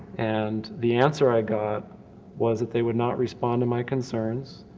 and the answer i got was that they would not response to my concerns,